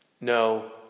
No